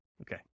Okay